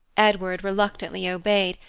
edward reluctantly obeyed,